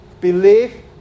believe